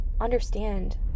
understand